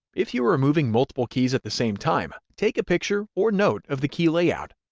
if you are removing multiple keys at the same time, take a picture or note of the key layout.